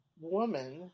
woman